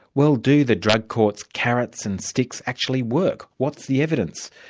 well do the drug courts' carrots and sticks actually work? what's the evidence?